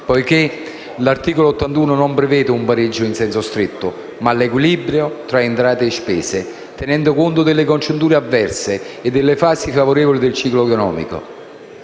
perché l'articolo 81 non prevede un pareggio in senso stretto, ma l'equilibrio tra entrate e spese, tenendo conto delle congiunture avverse e delle fasi favorevoli del ciclo economico.